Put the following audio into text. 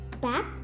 back